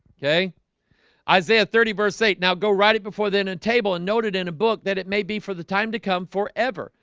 okay isaiah thirty verse eight now go write it before then a table and noted in a book that it may be for the time to come forever.